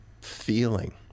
feeling